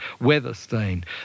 weather-stained